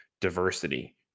diversity